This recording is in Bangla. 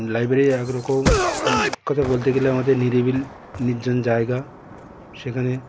লাইব্রেরি একরকম এককথায় বলতে গেলে আমাদের নিরিবিলি নির্জন জায়গা সেখানে